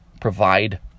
provide